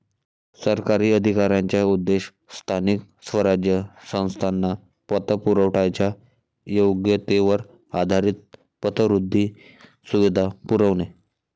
सरकारी अधिकाऱ्यांचा उद्देश स्थानिक स्वराज्य संस्थांना पतपुरवठ्याच्या योग्यतेवर आधारित पतवृद्धी सुविधा पुरवणे